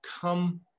come